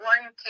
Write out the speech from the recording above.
one